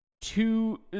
Two